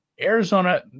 Arizona